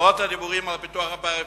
למרות הדיבורים על פיתוח הפריפריה,